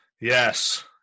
Yes